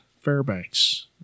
Fairbanks